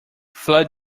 flood